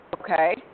Okay